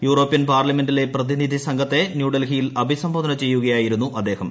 European പാർലമെന്റിലെ പ്രതിനിധി സംഘത്തെ ന്യൂഡൽഹിയിൽ അഭിസംബോധന ചെയ്യുകയായിരുന്നു അദ്ദേഹം